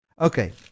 Okay